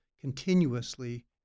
continuously